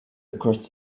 across